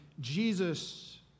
Jesus